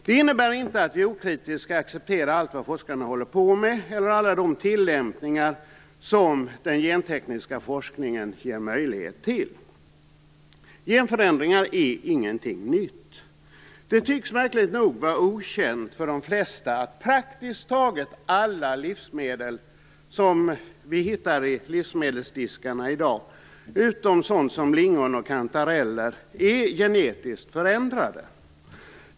Det innebär inte att vi okritiskt skall acceptera allt vad forskarna håller på med eller alla de tillämpningar som den gentekniska forskningen ger möjlighet till. Genförändringar är ingenting nytt. Det tycks, märkligt nog, vara okänt för de flesta att praktiskt taget alla livsmedel som vi hittar i livsmedelsdiskarna i dag, utom sådant som lingon och kantareller, är genetiskt förändrade.